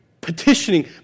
petitioning